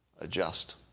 adjust